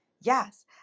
Yes